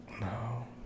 No